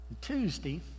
Tuesday